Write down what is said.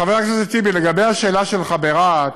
חבר הכנסת טיבי, לגבי השאלה שלך על רהט,